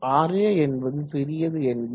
Ra என்பது சிறியது என்போம்